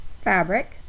fabric